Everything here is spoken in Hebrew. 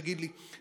תגיד לי.